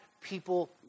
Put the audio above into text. people